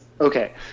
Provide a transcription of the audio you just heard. Okay